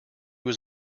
was